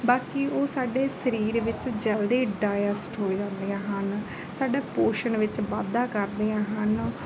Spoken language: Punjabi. ਬਾਕੀ ਉਹ ਸਾਡੇ ਸਰੀਰ ਵਿੱਚ ਜਲਦੀ ਡਾਇਜੈਸਟ ਹੋ ਜਾਂਦੀਆਂ ਹਨ ਸਾਡਾ ਪੋਸ਼ਣ ਵਿੱਚ ਵਾਧਾ ਕਰਦੀਆਂ ਹਨ